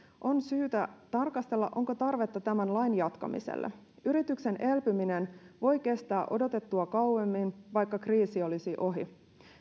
on syytä tarkastella onko tarvetta tämän lain jatkamiselle yrityksen elpyminen voi kestää odotettua kauemmin vaikka kriisi olisi ohi